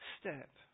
step